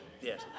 Yes